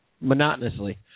Monotonously